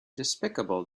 despicable